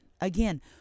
again